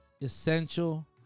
essential